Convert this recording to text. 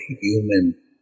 human